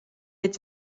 het